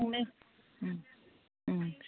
संनो उम उम